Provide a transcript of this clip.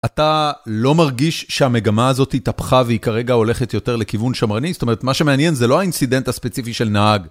אתה לא מרגיש שהמגמה הזאת התהפכה והיא כרגע הולכת יותר לכיוון שמרני? זאת אומרת, מה שמעניין זה לא האינסידנט הספציפי של נהג.